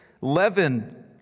leaven